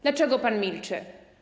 Dlaczego pan milczy?